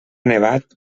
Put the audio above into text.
nevat